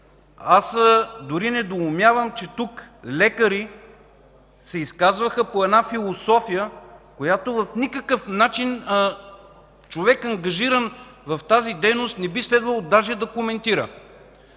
Аз дори недоумявам, че тук лекари се изказваха по една философия, която по никакъв начин човек, ангажиран в тази дейност, не би следвало даже да коментира.